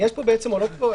עולות כאן